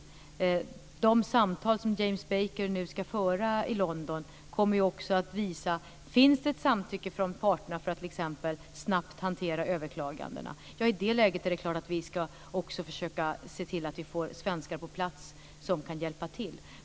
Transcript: Om de samtal som James Baker nu ska föra i London kommer att visa att det finns ett samtycke hos parterna om att t.ex. snabbt hantera överklagandena, är det klart att vi i det läget ska försöka se till att få svenskar på plats för att hjälpa till.